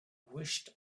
wished